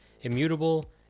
immutable